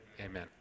Amen